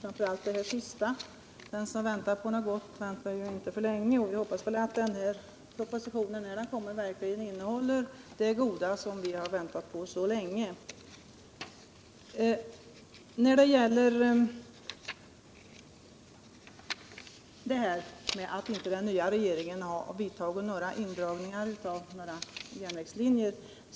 Herr talman! Jag tackar framför allt för det sista beskedet. Den som väntar på något gott väntar aldrig för länge. Vi hoppas att den här propositionen när den kommer verkligen innehåller det goda som vi väntat på så länge. Det är i och för sig riktigt att den nya regeringen inte har dragit in några järnvägslinjer.